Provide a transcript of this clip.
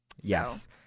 Yes